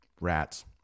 rats